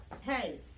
hey